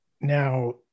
Now